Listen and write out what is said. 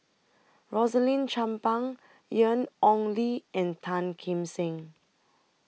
Rosaline Chan Pang Ian Ong Li and Tan Kim Seng